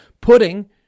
putting